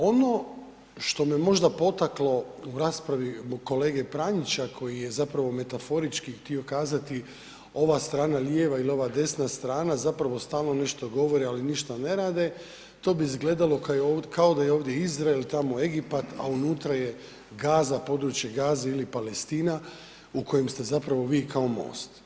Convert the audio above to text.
Ono što me možda potaklo u raspravi kolege Pranjića koji je zapravo metaforički htio kazati ova strana lijeva ili ova desna strana zapravo stalno nešto govore, ali ništa ne rade, to bi izgledalo kao da je ovdje Izrael, tamo Egipat, a unutra je Gaza, područje Gaze ili Palestina u kojem ste zapravo vi kao MOST.